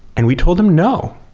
and we told them no,